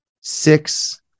six